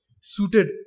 suited